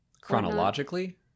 Chronologically